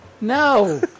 No